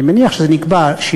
אני מניח שזה נקבע,